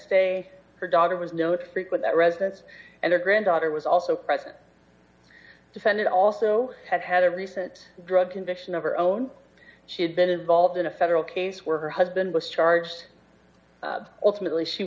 stay her daughter was no that frequent that residence and her granddaughter was also present defended also had had a recent drug conviction of her own she had been involved in a federal case where her husband was charged ultimately she